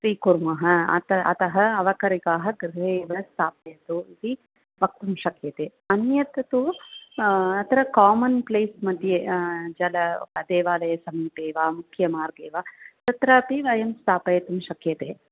स्वीकुर्मः अत अतः अवकरीकाः गृहे एव स्थापयन्तु इति वक्तुं शक्यते अन्यत् तु अत्र कामन् प्लेस् मध्ये जल देवालयसमीपे वा मुख्यमार्गे वा तत्रापि वयं स्थापयितुं शक्यते